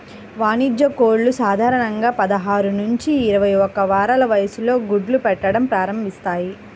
వాణిజ్య కోళ్లు సాధారణంగా పదహారు నుంచి ఇరవై ఒక్క వారాల వయస్సులో గుడ్లు పెట్టడం ప్రారంభిస్తాయి